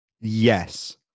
Yes